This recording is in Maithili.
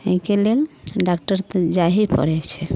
एहिके लेल डॉक्टर कन जाहे पड़ैत छै